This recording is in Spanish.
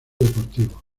deportivo